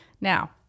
Now